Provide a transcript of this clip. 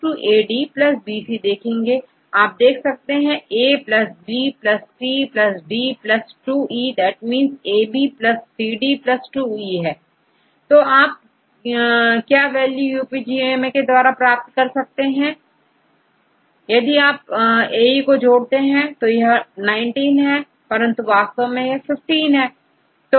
तो आप AC BD AD BC होगा आप देख सकते हैं A b c d 2e that means AB CD 2e तो आप क्या वैल्यू UPGMAके द्वारा प्राप्त कर सकते हैं यदि आप आप AE को जोड़ते हैं तो यह19 है पर वास्तव में यह15 है